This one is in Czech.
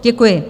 Děkuji.